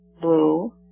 blue